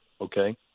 okay